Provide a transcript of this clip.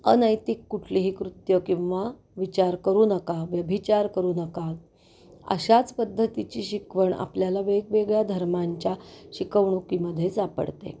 अनैतिक कुठलीही कृत्यं किंवा विचार करू नका व्यभिचार करू नका अशाच पद्धतीची शिकवण आपल्याला वेगवेगळ्या धर्मांच्या शिकवणुकीमध्ये सापडते